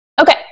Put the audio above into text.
Okay